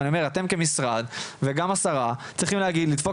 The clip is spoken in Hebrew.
אבל אני אומר שאתם כמשרד וגם השרה צריכים לדפוק